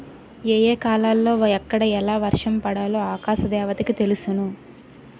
ఏ ఏ కాలాలలో ఎక్కడ ఎలా వర్షం పడాలో ఆకాశ దేవతకి తెలుసును